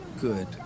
Good